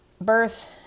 Birth